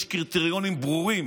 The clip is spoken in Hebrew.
יש קריטריונים ברורים